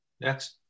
Next